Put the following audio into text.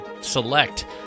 select